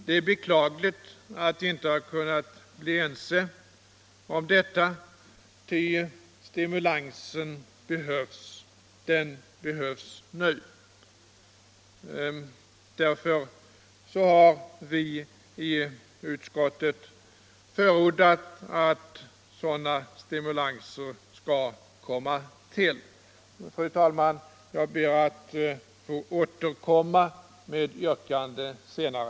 Det är beklagligt att enighet inte kunnat uppnås om detta, ty stimulansen behövs — den behövs nu. Därför har vi i utskottet förordat att sådana stimulanser skall komma till stånd. Fru talman! Jag ber att få återkomma med yrkande senare.